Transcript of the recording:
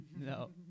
No